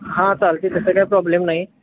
हां चालतं आहे तसं काही प्रॉब्लेम नाही